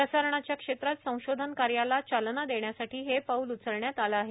प्रसारणाध्या क्षेत्रात संशोधन कार्याला चालना देण्यासाठी हे पाऊल उचलण्यात आलं आहे